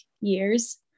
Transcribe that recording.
years